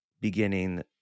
beginning